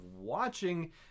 watching